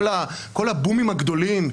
כל הבומים הגדולים,